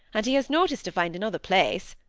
and he has notice to find another place.